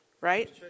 right